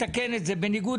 לתקן את התהליך הארוך הזה,